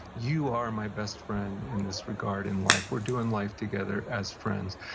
you are my best friend in this regard in life. we're doing life together as friends.